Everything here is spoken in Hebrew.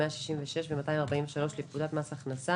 166 ו-243 לפקודת מס הכנסה,